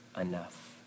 enough